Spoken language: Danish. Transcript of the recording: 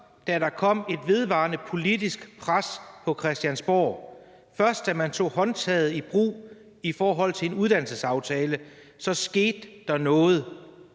da der kom et vedvarende politisk pres på Christiansborg, først da man tog håndtaget i brug i forhold til en uddannelsesaftale, så skete der noget